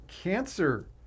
cancer